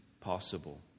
possible